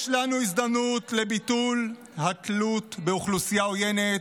יש לנו הזדמנות לביטול התלות באוכלוסייה עוינת,